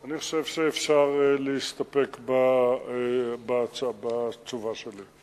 אני חושב שאפשר להסתפק בתשובה שלי.